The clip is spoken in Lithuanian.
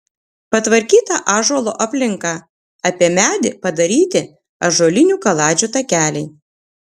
patvarkyta ąžuolo aplinka apie medį padaryti ąžuolinių kaladžių takeliai